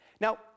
Now